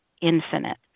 infinite